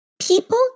People